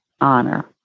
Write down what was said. honor